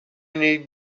need